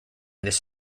this